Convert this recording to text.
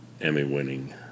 Emmy-winning